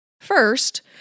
first